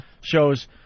shows